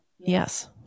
Yes